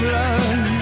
love